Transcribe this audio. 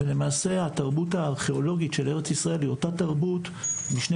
למעשה התרבות הארכיאולוגית של ארץ ישראל היא אותה תרבות משני